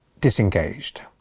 disengaged